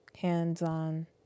hands-on